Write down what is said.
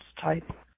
type